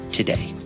today